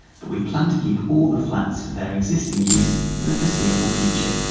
but we plan to keep all the flats for their existing use for the foreseeable future.